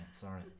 sorry